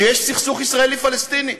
שיש סכסוך ישראלי פלסטיני.